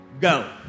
go